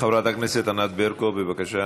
חברת הכנסת ענת ברקו, בבקשה.